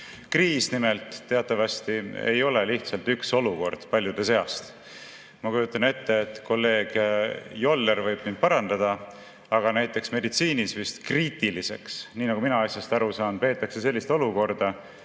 kriis teatavasti ei ole lihtsalt üks olukord paljude seast. Ma kujutan ette – kolleeg Joller võib mind parandada –, et näiteks meditsiinis vist kriitiliseks, nii nagu mina asjast aru saan, peetakse sellist olukorda,